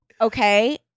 Okay